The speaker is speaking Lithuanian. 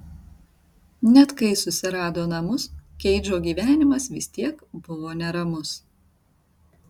net kai susirado namus keidžo gyvenimas vis tiek buvo neramus